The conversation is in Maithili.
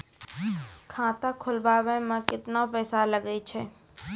खाता खोलबाबय मे केतना पैसा लगे छै?